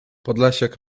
podlasiak